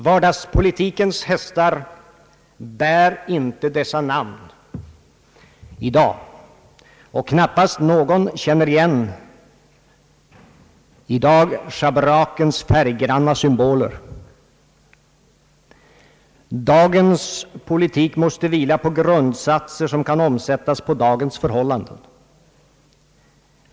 Vardagspolitikens hästar bär inte dessa namn, och knappast någon känner i dag igen schabrakens färggranna symboler. Dagens politik måste vila på grundsatser som kan omsättas på dagens förhållanden.